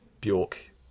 Bjork